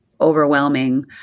overwhelming